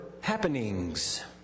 happenings